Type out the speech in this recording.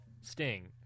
sting